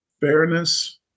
Fairness